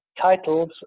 titles